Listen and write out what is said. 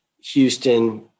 Houston